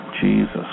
Jesus